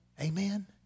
Amen